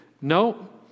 No